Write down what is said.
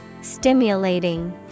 Stimulating